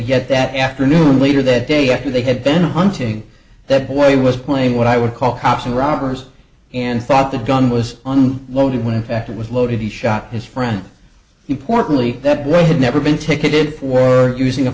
yet that afternoon later that day after they had been hunting that boy he was playing what i would call cops and robbers and thought the gun was on loan when in fact it was loaded he shot his friend importantly that way had never been ticketed for using a